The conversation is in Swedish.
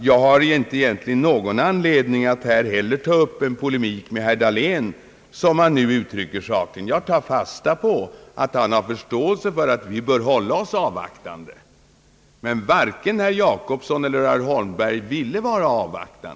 Jag har egentligen heller ingen anledning att ta upp en polemik med herr Dahlén så som han nu uttrycker saken. Jag tar fasta på att han har förståelse för att vi bör hålla oss avvaktande, medan varken herr Jacobsson eller herr Holmberg ville avvakta.